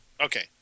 Okay